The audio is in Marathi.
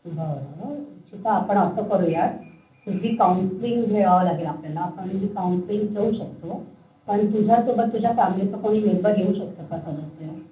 बरं निक्षिता आपण असं करूया तुझी काउन्सलिंग घ्यावं लागेल आपल्याला आपण ही काउन्सलिंग ठेऊ शकतो पण तुझ्यासोबत तुझ्या फॅमलीचं कोणी मेंबर येऊ शकतं का सदस्य